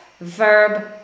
verb